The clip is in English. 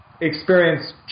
experience